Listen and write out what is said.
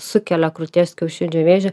sukelia krūties kiaušidžių vėžį